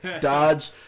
Dodge